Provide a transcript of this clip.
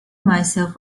myself